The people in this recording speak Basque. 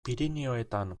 pirinioetan